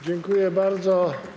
Dziękuję bardzo.